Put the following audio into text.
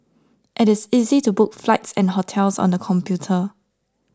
it is easy to book flights and hotels on the computer